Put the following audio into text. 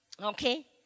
Okay